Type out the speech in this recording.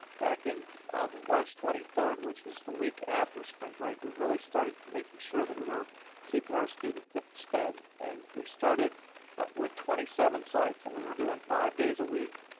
back in march twenty third, which was the week after spring break, we really started making sure that we were keeping our students fed and we started with twenty seven sites and we were doing five days a week,